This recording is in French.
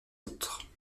autres